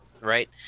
Right